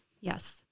yes